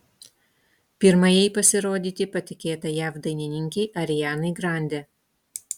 pirmajai pasirodyti patikėta jav dainininkei arianai grande